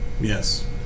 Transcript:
Yes